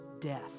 death